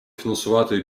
фінансувати